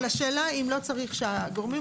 אבל השאלה אם לא צריך שהגורמים